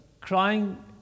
crying